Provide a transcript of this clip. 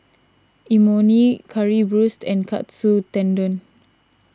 Imoni Currywurst and Katsu Tendon